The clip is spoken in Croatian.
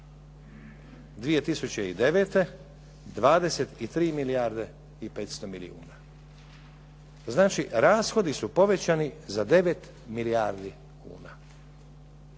2009. 23 milijarde i 500 milijuna. Znači rashodi su povećani za 9 milijardi kuna.